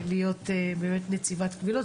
להיות נציבת קבילות,